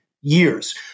years